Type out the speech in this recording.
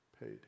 paid